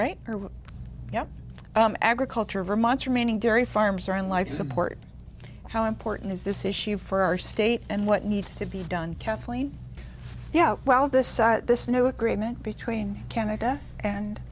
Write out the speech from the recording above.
right yes agriculture vermont's remaining dairy farms are on life support how important is this issue for our state and what needs to be done kathleen yeah well this this new agreement between canada